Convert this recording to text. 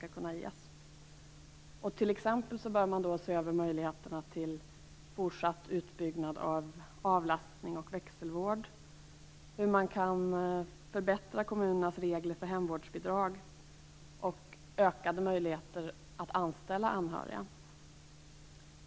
Man bör t.ex. se över möjligheterna till fortsatt utbyggnad av avlastning och växelvård, hur man kan förbättra kommunernas regler för hemvårdsbidrag och hur man kan öka möjligheterna att anställa anhöriga.